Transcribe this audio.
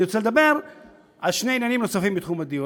אני רוצה לדבר על שני עניינים נוספים בתחום הדיור.